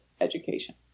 education